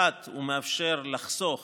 1. הוא מאפשר לחסוך